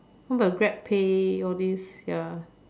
what about GrabPay all this ya